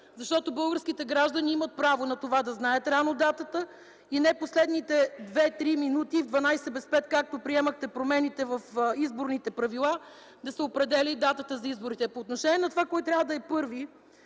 защото българските граждани имат право на това да знаят рано датата. Не в последните 2-3 минути, в дванадесет без пет, както приемахте промените в изборните правила, да се определя датата за изборите. По отношение на това кой трябва да е първи